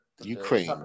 Ukraine